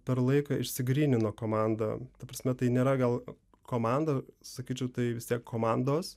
per laiką išsigrynino komanda ta prasme tai nėra gal komanda sakyčiau tai vis tiek komandos